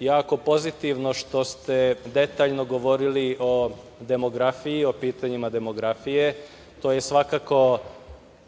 jako pozitivno što ste detaljno govorili o demografiji, o pitanjima demografije. To je svakako